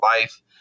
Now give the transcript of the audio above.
life